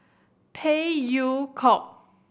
Phey Yew Kok